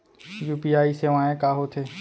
UPI सेवाएं का होथे